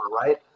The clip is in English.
right